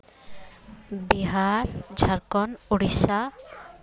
Bihar Jharkhand Odisha